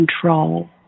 control